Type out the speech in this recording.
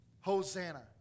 Hosanna